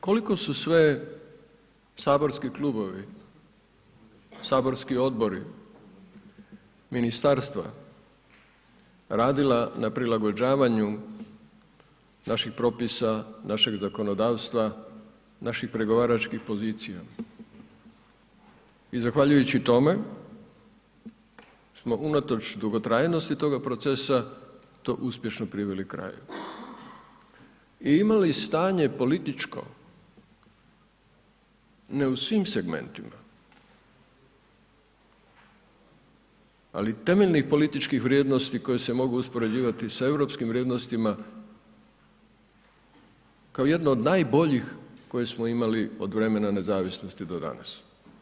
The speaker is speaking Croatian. Koliko su sve saborski klubovi, saborski odbori, ministarstva radila na prilagođavanju naših propisa, našeg zakonodavstva, naših pregovaračkih pozicija i zahvaljujući tome smo unatoč dugotrajnosti toga procesa, to uspješno priveli kraju i imali stanje političko, ne u svim segmentima, ali temeljnih političkih vrijednosti koje se mogu uspoređivati sa europskim vrijednostima kao jedno od najboljih koje smo imali od vremena nezavisnosti do danas.